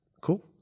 Cool